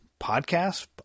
podcast